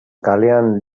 kalean